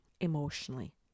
emotionally